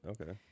okay